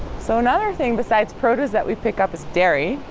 so another thing besides produce that we pick up is dairy,